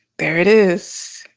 there it is